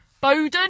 bowden